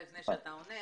לפני אתה עונה.